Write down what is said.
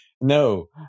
no